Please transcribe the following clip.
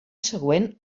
següent